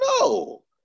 No